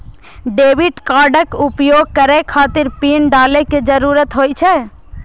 debit कार्डक उपयोग करै खातिर पिन डालै के जरूरत होइ छै